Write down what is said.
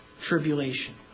tribulation